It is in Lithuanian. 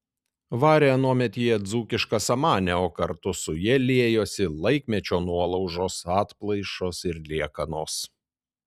varė anuomet jie dzūkišką samanę o kartu su ja liejosi laikmečio nuolaužos atplaišos ir liekanos